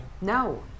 No